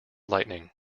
lightning